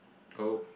oh